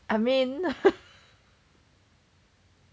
I mean